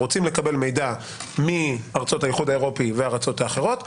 רוצים לקבל מידע מארצות האיחוד האירופי וארצות האחרות,